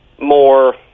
more